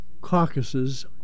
caucuses